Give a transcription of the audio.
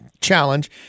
challenge